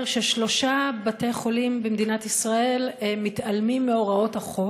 ששלושה בתי-חולים בישראל מתעלמים מהוראות החוק